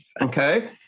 Okay